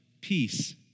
peace